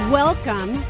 welcome